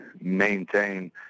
maintain